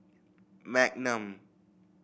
magnum